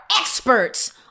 experts